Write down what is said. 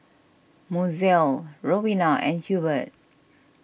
Mozelle Rowena and Hurbert